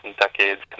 decades